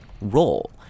role